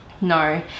No